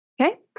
okay